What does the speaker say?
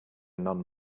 non